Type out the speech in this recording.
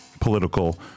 political